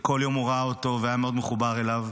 וכל יום הוא ראה אותו והיה מאוד מחובר אליו,